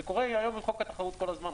זה קורה היום בחוק התחרות כל הזמן.